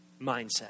mindset